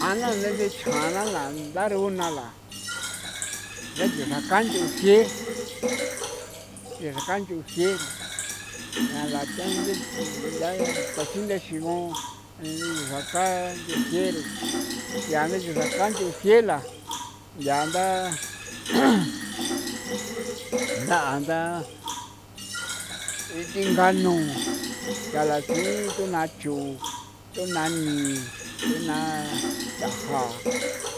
A naa de dechjan na la ndaruna la re ngu xraka nchujie xraka nchujie ro a la tandachi thinda ya taxinda xigu ya ro xraka ngujie la ro yaa jie la yaa nda nda ndaa e thinga nu yaa la tsi tuna chu, tuna ni, tuna thaja,